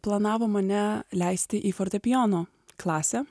planavo mane leisti į fortepijono klasę